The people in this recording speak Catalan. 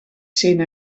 sent